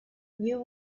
you